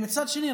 מצד שני,